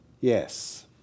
Yes